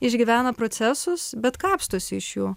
išgyvena procesus bet kapstosi iš jų